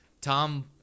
Tom